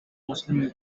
muslim